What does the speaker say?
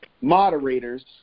moderators